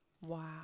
Wow